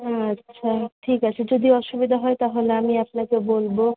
আচ্ছা ঠিক আছে যদি অসুবিধা হয় তাহলে আমি আপনাকে বলবো